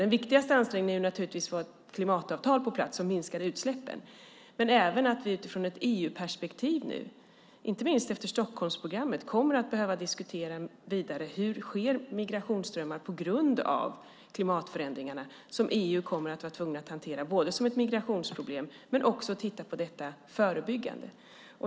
Den viktigaste ansträngningen är naturligtvis att få ett klimatavtal på plats som gör att utsläppen minskar. Men vi kommer även utifrån ett EU-perspektiv, inte minst efter Stockholmsprogrammet, att behöva diskutera vidare hur migrationsströmmar sker på grund av klimatförändringarna som EU kommer att vara tvungen att både hantera som ett migrationsproblem och titta på förebyggande.